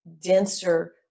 denser